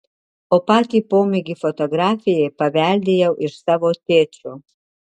o patį pomėgį fotografijai paveldėjau iš savo tėčio